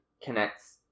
connects